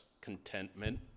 contentment